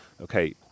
Okay